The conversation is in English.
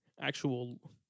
actual